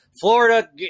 Florida